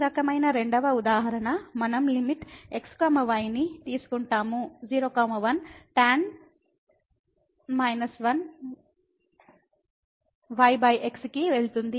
ఈ రకమైన రెండవ ఉదాహరణ మనం లిమిట్ x y ని తీసుకుంటాము 01 tan 1yx కి వెళ్తుంది